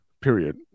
period